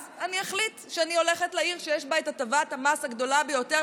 אז אני אחליט שאני הולכת לעיר שיש בה את הטבת המס הגדולה ביותר.